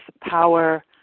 power